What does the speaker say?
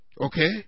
Okay